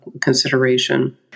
consideration